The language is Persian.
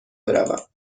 بروم